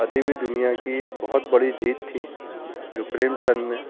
ادبی دنیا کی ایک بہت بڑی جیت تھی جو پریم چند نے